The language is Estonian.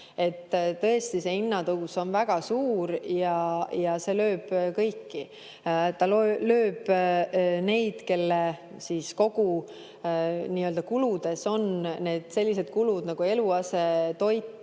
Tõesti, see hinnatõus on väga suur ja see lööb kõiki. Ta lööb neid, kelle kogukuludes on sellised kulud nagu eluase ja toit